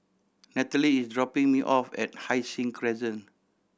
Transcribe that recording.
Nallely is dropping me off at Hai Sing Crescent